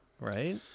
right